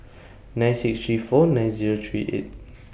nine six three four nine Zero three eight